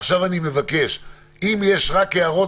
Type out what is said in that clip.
עכשיו אני מבקש שרק אם יש הערות,